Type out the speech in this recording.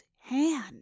hand